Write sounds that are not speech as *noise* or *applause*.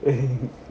*laughs*